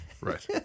Right